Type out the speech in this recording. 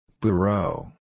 Bureau